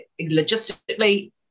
Logistically